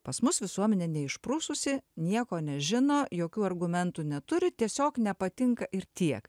pas mus visuomenė neišprususi nieko nežino jokių argumentų neturi tiesiog nepatinka ir tiek